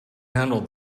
handle